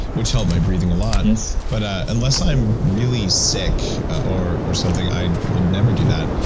which helped my breathing a lot yes but, unless i'm really sick or or something i will never do that.